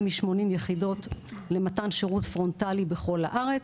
מ-80 יחידות למתן שירות פרונטלי בכל הארץ,